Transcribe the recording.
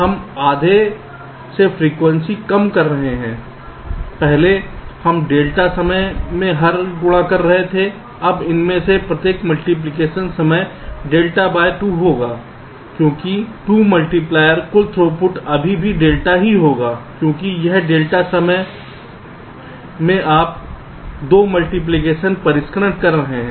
हम आधे से फ्रीक्वेंसी कम कर रहे हैं पहले हम डेल्टा समय में हर गुणा कर रहे थे अब इनमें से प्रत्येक मल्टीप्लिकेशन समय डेल्टा बाय 2 होगा लेकिन क्योंकि 2 मल्टीप्लायर कुल थ्रूपुट अभी भी डेल्टा होगा क्योंकि इस डेल्टा समय में आप 2 मल्टीप्लिकेशन परिष्करण कर रहे हैं